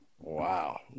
Wow